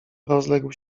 rozległ